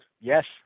Yes